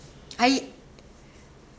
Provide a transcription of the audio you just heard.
ai~